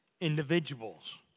individuals